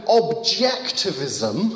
objectivism